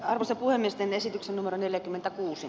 arto kuulemisten esityksen numero neljäkymmentäkuusi